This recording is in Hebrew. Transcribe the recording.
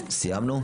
סיימנו?